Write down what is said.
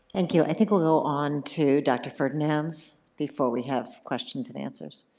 thank you. i think we'll go on to dr. ferdinands before we have questions and answers.